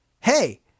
Hey